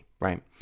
right